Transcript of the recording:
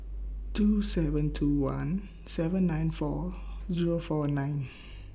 two seven two one seven nine four Zero four nine